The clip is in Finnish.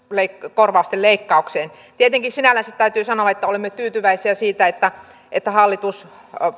korvausten leikkaukseen tietenkin sinällänsä täytyy sanoa että olemme tyytyväisiä siitä että että hallitus